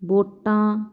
ਵੋਟਾਂ